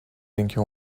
اینکه